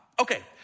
Okay